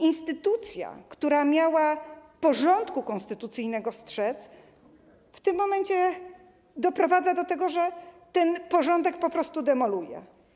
Instytucja, która miała strzec porządku konstytucyjnego, w tym momencie doprowadza do tego, że ten porządek po prostu demoluje.